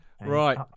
right